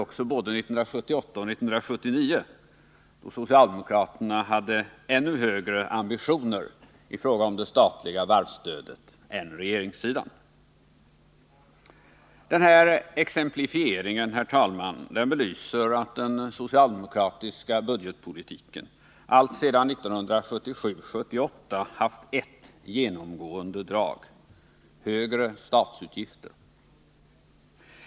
också för åren 1978 och 1979, då socialdemokraterna hade ännu högre ambitioner i fråga om det statliga varvsstödet än regeringssidan. Den här exemplifieringen, herr talman, belyser att den socialdemokratiska budgetpolitiken alltsedan 1977/78 haft ett genomgående drag: Högre statsutgifter!